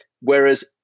Whereas